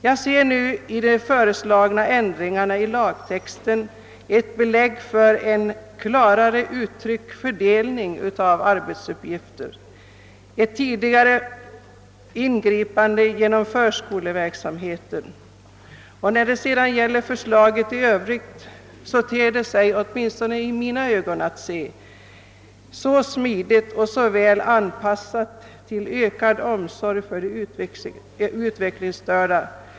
Jag ser i de föreslagna ändringarna i lagtexten ett belägg för en klarare uttryckt delning av arbetsuppgifterna och ett tidigare ingripande genom förskoleverksamheten. Förslaget i övrigt ter sig, åtminstone i mina ögon, smidigt och väl anpassat till en ökad omsorg om de utvecklingsstörda.